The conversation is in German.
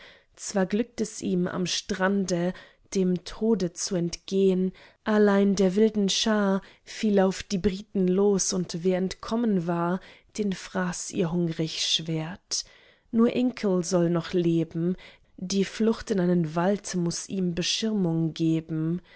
zwar glückt es ihm am strande dem tode zu entgehn allein der wilden schar fiel auf die briten los und wer entkommen war den fraß ihr hungrig schwert nur inkle soll noch leben die flucht in einen wald muß ihm beschirmung geben